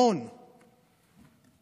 המון;